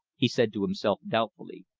he said to himself doubtfully,